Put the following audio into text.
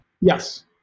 Yes